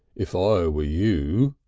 if i were you,